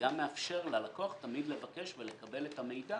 וגם מאפשר ללקוח תמיד לבקש ולקבל את המידע